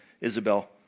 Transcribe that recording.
Isabel